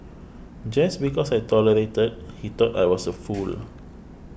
just because I tolerated he thought I was a fool